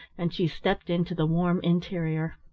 and she stepped into the warm interior.